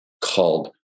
called